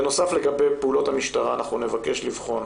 בנוסף, לגבי פעולות המשטרה, אנחנו נבקש לבחון,